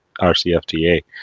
RCFTA